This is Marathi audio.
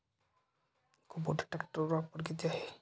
कुबोटा ट्रॅक्टरवर ऑफर किती आहे?